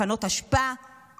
לפנות אשפה,